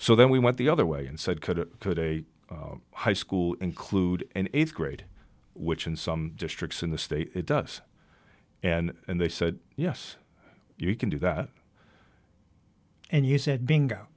so then we went the other way and said could it could a high school include an eighth grade which in some districts in the state it does and they said yes you can do that and you said bingo